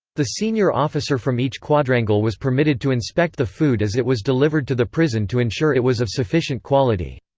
the senior officer from each quadrangle was permitted to inspect the food as it was delivered to the prison to ensure it was of sufficient quality.